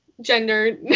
gender